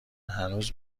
هنوزم